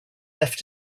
left